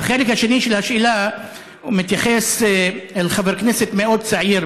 החלק השני של השאלה מתייחס אל חבר כנסת מאוד צעיר